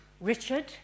Richard